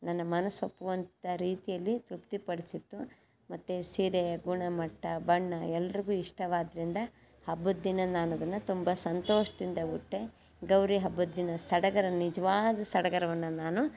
ನನ್ನ ಮನಸ್ಸು ಒಪ್ಪುವಂಥ ರೀತಿಯಲ್ಲಿ ತೃಪ್ತಿಪಡಿಸಿತು ಮತ್ತು ಸೀರೆಯ ಗುಣಮಟ್ಟ ಬಣ್ಣ ಎಲ್ರಿಗೂ ಇಷ್ಟವಾದ್ದರಿಂದ ಹಬ್ಬದ ದಿನ ನಾನು ಅದನ್ನು ತುಂಬ ಸಂತೋಷದಿಂದ ಉಟ್ಟೆ ಗೌರಿ ಹಬ್ಬದ ದಿನ ಸಡಗರ ನಿಜ್ವಾದ ಸಡಗರವನ್ನು ನಾನು